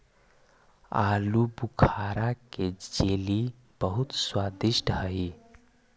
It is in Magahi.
आलूबुखारा के जेली बहुत स्वादिष्ट हई